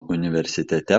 universitete